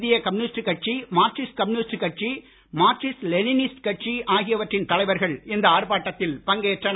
இந்திய கம்யூனிஸ்ட் கட்சி Marxist communist கட்சி மார்சிஸ்ட் லெனினிஸ்ட் கட்சி ஆகியவற்றின் தலைவர்கள் இந்த ஆர்ப்பாட்டத்தில் பங்கேற்றனர்